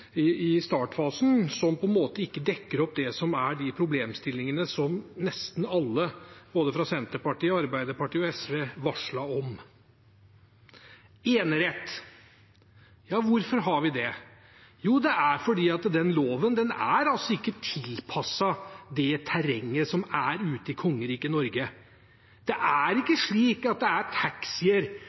i startfasen som ikke dekker opp det som er de problemstillingene som nesten alle, både fra Senterpartiet, Arbeiderpartiet og SV, varslet om. Enerett, hvorfor har vi det? Jo, det er fordi den loven ikke er tilpasset det terrenget som er ute i Kongeriket Norge. Det er ikke slik lenger nå at det er taxier